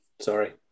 sorry